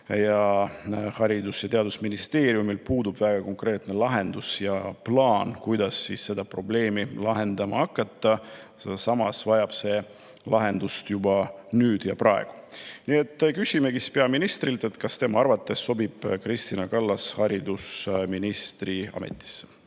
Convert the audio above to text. ja Haridus- ja Teadusministeeriumil puudub konkreetne lahendus ja plaan, kuidas seda probleemi lahendama hakata. Samas vajab see lahendust juba nüüd ja praegu. Küsimegi peaministrilt, kas tema arvates sobib Kristina Kallas haridusministri ametisse.